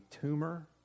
tumor